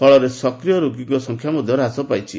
ଫଳରେ ସକ୍ରିୟ ରୋଗୀଙ୍କ ସଂଖ୍ୟା ମଧ୍ୟ ହ୍ରାସ ପାଇଛି